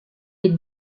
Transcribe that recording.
est